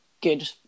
good